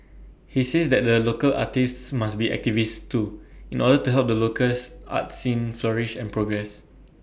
he says that the local artists must be activists too in order to help the locals art scene flourish and progress